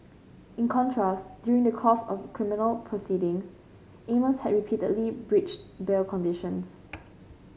in contrast during the course of criminal proceedings Amos had repeatedly breached bail conditions